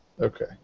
Okay